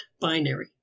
binary